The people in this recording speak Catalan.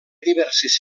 diverses